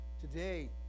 today